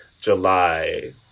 July